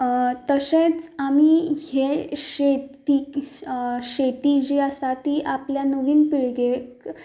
तशेंच आमी हें शेती शेती जी आसा ती आपल्या नवीन पिळगेक